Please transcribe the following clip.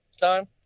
time